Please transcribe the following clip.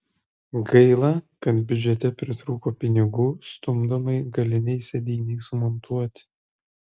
gaila kad biudžete pritrūko pinigų stumdomai galinei sėdynei sumontuoti